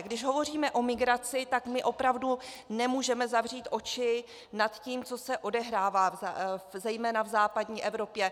Když hovoříme o migraci, tak opravdu nemůžeme zavřít oči nad tím, co se odehrává zejména v západní Evropě.